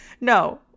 No